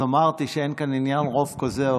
אז אמרתי שאין כאן עניין של רוב כזה או